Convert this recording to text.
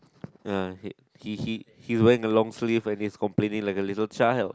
ya he he he is wearing the long sleeve and he's complaining like a little child